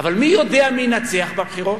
אבל מי יודע מי ינצח בבחירות.